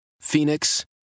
Phoenix